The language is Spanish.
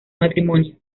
matrimonio